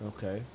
Okay